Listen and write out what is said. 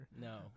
no